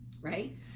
right